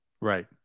Right